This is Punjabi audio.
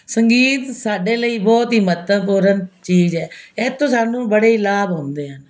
ਸੰਗੀਤ ਸਾਡੇ ਲਈ ਬਹੁਤ ਹੀ ਮਹੱਤਵਪੂਰਨ ਚੀਜ਼ ਹੈ ਇਹ ਤੋਂ ਸਾਨੂੰ ਬੜੇ ਹੀ ਲਾਭ ਹੁੰਦੇ ਹਨ